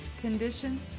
condition